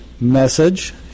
message